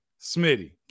Smitty